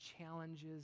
challenges